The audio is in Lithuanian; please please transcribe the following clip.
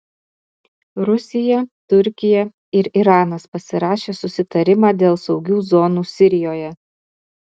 rusija turkija ir iranas pasirašė susitarimą dėl saugių zonų sirijoje